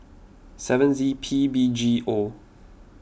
seven Z P B G O